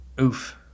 Oof